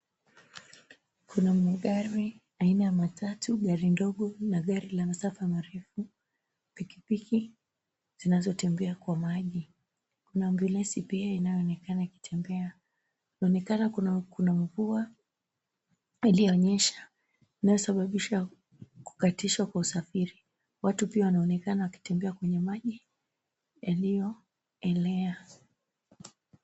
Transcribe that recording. Kuna magari aina ya matatu, gari ndogo na gari la masafa marefu. Pikipiki zinazotembea kwa maji. Kuna ambulensi pia inayoonekana ikitembea. Inaonekana kuna mvua iliyonyesha inayosababisha kukatishwa kwa usafiri. Watu pia wanaonekana wakitembea kwenye maji iliyoelea.